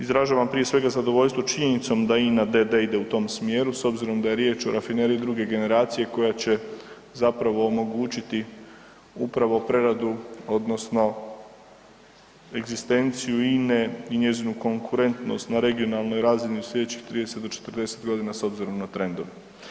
Izražavam prije svega zadovoljstvo činjenicom da INA d.d. ide u tom smjeru s obzirom da je riječ o rafineriji druge generacije koja će zapravo omogućiti upravo preradu odnosno egzistenciju INA-e i njezinu konkurentnost na regionalnoj razini u slijedećih 30 do 40.g. s obzirom na trendove.